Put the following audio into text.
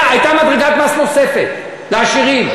הייתה מדרגת מס נוספת לעשירים.